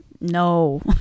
no